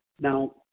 Now